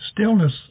Stillness